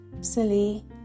silly